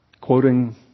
quoting